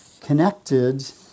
connected